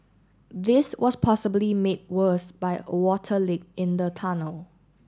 this was possibly made worse by a water leak in the tunnel